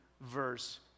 verse